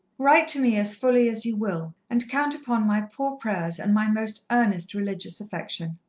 write to me as fully as you will, and count upon my poor prayers and my most earnest religious affection.